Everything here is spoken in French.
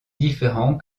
différent